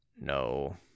No